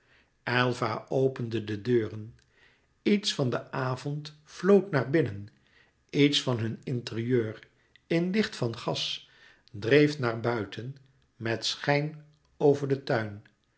aylva opende de deuren iets van den avond vloot naar binnen iets van hun interieur in licht van gas dreef naar buiten met schijn over den tuin